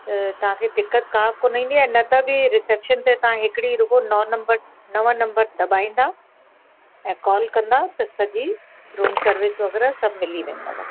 त तव्हांखे दिक़तु का बि कोन्ह ईंदी ऐं न त बि रिसेप्शन ते तव्हां हिकिड़ी रुॻो नौ नम्बर नव नम्बर दॿाईंदा ऐं कॉल कंदा त सॼी रूम सर्विस वगै़रह सभु मिली वेंदव